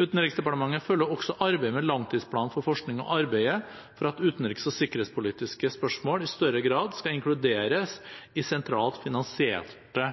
Utenriksdepartementet følger også arbeidet med langtidsplanen for forskning og arbeider for at utenriks- og sikkerhetspolitiske spørsmål i større grad skal inkluderes i sentralt finansierte